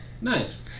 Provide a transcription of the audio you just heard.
nice